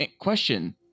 question